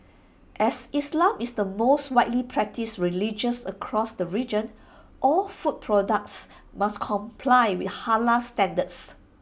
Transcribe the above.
as islam is the most widely practised religions across the region all food products must comply with Halal standards